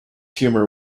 humor